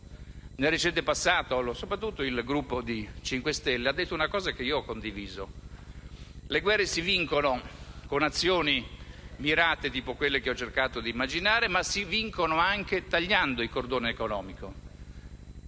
nel recente passato, soprattutto il Gruppo Movimento 5 Stelle, ha detto una cosa che ho condiviso: le guerre si vincono con azioni mirate, tipo quelle che ho cercato di immaginare, ma anche tagliando il cordone economico.